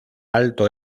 alto